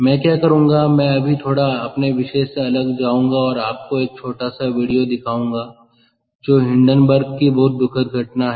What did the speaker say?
मैं क्या करूंगा मैं अभी थोड़ा अपने विषय से अलग जाऊंगा और आपको एक छोटा सा वीडियो दिखाऊंगा जो हिंडनबर्ग की बहुत दुखद घटना है